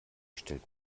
stellt